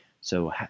So